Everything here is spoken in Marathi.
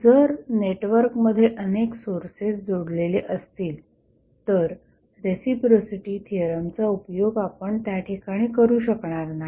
जर नेटवर्कमध्ये अनेक सोर्सेस जोडलेले असतील तर रेसिप्रोसिटी थिअरमचा उपयोग आपण त्याठिकाणी करू शकणार नाही